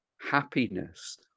happiness